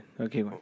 Okay